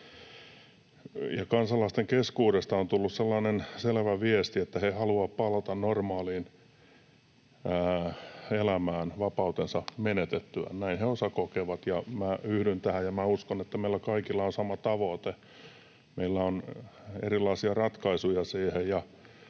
Kansalaisten keskuudesta on tullut sellainen selvä viesti, että he haluavat palata normaaliin elämään vapautensa menetettyään. Näin he, osa, kokevat, ja minä yhdyn tähän. Minä uskon, että meillä kaikilla on sama tavoite. Meillä on erilaisia ratkaisuja siihen.